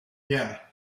yeah